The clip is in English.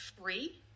free